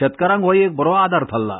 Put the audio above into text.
शेतकारांक हो एक बरो आदार थारला